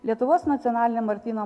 lietuvos nacionalinė martyno